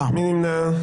מי נמנע?